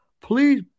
Please